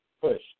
push